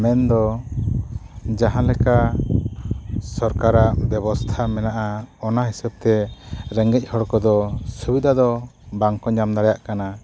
ᱢᱮᱱᱫᱚ ᱡᱟᱦᱟᱸ ᱞᱮᱠᱟ ᱥᱚᱨᱠᱟᱨᱟᱜ ᱵᱮᱵᱚᱥᱛᱷᱟ ᱢᱮᱱᱟᱜᱼᱟ ᱚᱱᱟ ᱦᱤᱥᱟᱹᱵᱽ ᱛᱮ ᱨᱮᱸᱜᱮᱡ ᱦᱚᱲ ᱠᱚᱫᱚ ᱥᱩᱵᱤᱫᱷᱟ ᱫᱚ ᱵᱟᱝ ᱠᱚ ᱧᱟᱢ ᱫᱟᱲᱮᱭᱟᱜ ᱠᱟᱱᱟ